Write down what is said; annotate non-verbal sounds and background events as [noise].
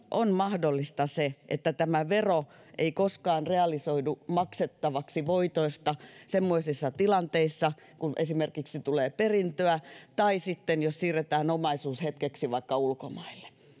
[unintelligible] on mahdollista se että tämä vero ei koskaan realisoidu maksettavaksi voitoista semmoisissa tilanteissa joissa esimerkiksi tulee perintöä tai sitten jos siirretään omaisuus hetkeksi vaikka ulkomaille